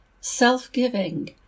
self-giving